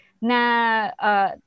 na